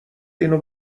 اینو